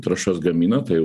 trąšas gamina tai